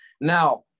Now